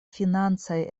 financaj